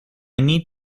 need